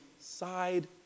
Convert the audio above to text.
side